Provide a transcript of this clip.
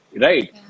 right